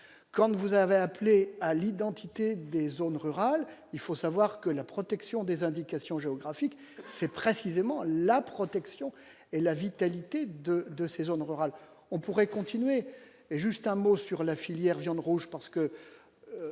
comme vous avez appelé à l'identité des zones rurales, il faut savoir que la protection des indications géographiques, c'est précisément la protection et la vitalité de de ces zones rurales, on pourrait continuer et juste un mot sur la filière viande rouge parce que